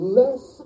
less